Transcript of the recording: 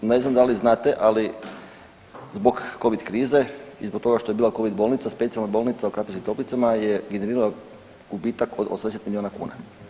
Ne znam da li znate, ali zbog covid krize i zbog toga što je bila covid bolnica, Specijalna bolnica u Krapinskim Toplicama je imala gubitak od 80 milijuna kuna.